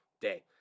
day